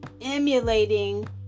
emulating